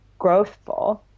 growthful